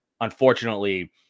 Unfortunately